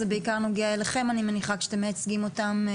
זה בעיקר נוגע אליכם אני מניחה שאתם מייצגים אותם.